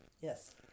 Yes